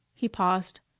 he paused.